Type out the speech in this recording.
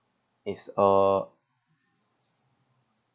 is uh